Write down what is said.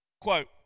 Quote